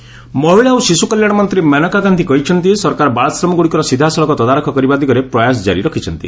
ମେନକା ଗାନ୍ଧି ମହିଳା ଓ ଶିଶ୍ର କଲ୍ୟାଣ ମନ୍ତ୍ରୀ ମେନକା ଗାନ୍ଧି କହିଛନ୍ତି ସରକାର ବାଳାଶ୍ରମଗ୍ରଡ଼ିକର ସିଧାସଳଖ ତଦାରଖ କରିବା ଦିଗରେ ପ୍ରୟାସ କାରି ରଖିଛନ୍ତି